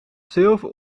zilver